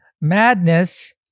Madness